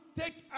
take